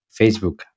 Facebook